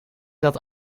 dat